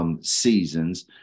seasons